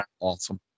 Awesome